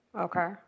Okay